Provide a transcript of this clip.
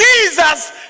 Jesus